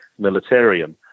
militarian